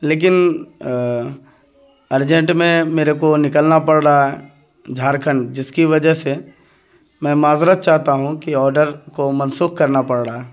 لیکن ارجنٹ میں میرے کو نکلنا پڑ رہا ہے جھارکھنڈ جس کی وجہ سے میں معذرت چاہتا ہوں کہ آرڈر کو منسوخ کرنا پڑ رہا ہے